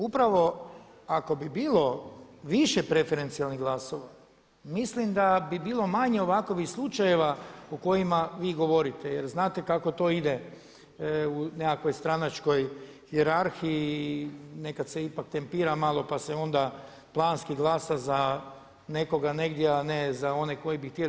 Upravo ako bi bilo više preferencijalnih glasova mislim da bi bilo manje ovakvih slučajeva o kojima vi govorite jer znate kako to ide u nekakvoj stranačkoj hijerarhiji i neka se ipak tempira malo pa se onda planski glasa za nekoga negdje a ne za one koji bi htjeli.